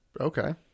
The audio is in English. okay